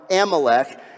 Amalek